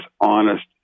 honest